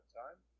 time